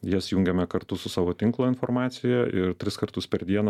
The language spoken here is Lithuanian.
jas jungiame kartu su savo tinklo informacija ir tris kartus per dieną